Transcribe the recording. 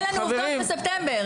אין לנו עובדות בספטמבר,